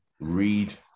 read